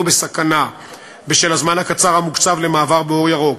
בסכנה בשל הזמן הקצר המוקצב למעבר באור ירוק.